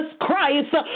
Christ